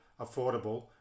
affordable